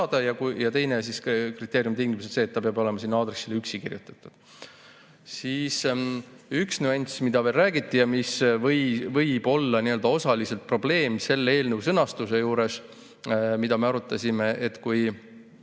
ja teine kriteerium on see, et ta peab olema sinna aadressile üksi sisse kirjutatud. Siis üks nüanss, mida veel räägiti ja mis võib olla osaliselt probleem selle eelnõu sõnastuse juures, mida me arutasime, et kui